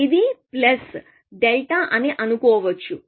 ఇది plus delta అని అనుకోవచ్చు